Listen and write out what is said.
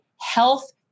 health